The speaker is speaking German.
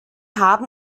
haben